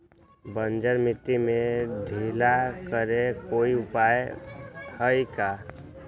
बंजर मिट्टी के ढीला करेके कोई उपाय है का?